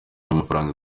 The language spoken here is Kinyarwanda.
y’amafaranga